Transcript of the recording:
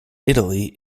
italy